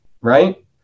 right